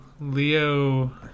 Leo